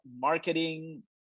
marketing